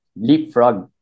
leapfrog